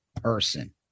person